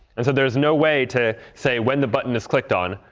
and so there's no way to say when the button is clicked on,